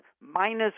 minus